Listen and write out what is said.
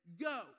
Go